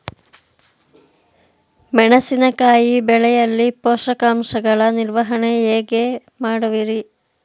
ಮೆಣಸಿನಕಾಯಿ ಬೆಳೆಯಲ್ಲಿ ಪೋಷಕಾಂಶಗಳ ನಿರ್ವಹಣೆ ಹೇಗೆ ಮಾಡುವಿರಿ?